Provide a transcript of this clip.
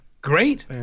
Great